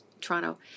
Toronto